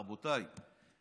רבותיי,